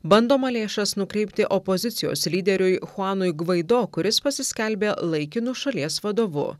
bandoma lėšas nukreipti opozicijos lyderiui chuanui gvaido kuris pasiskelbė laikinu šalies vadovu